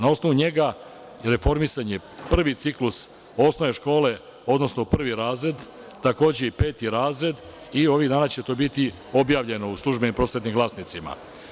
Na osnovu njega reformisan je prvi ciklus osnovne škole, odnosno prvi razrade, takođe i peti razred i ovih dana će to biti objavljeno u službenim prosvetnim glasnicima.